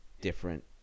different